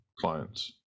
clients